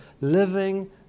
living